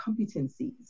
competencies